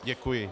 Děkuji.